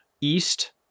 east